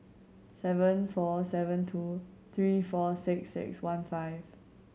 seven four seven two three four six six one five